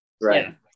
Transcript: Right